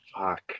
fuck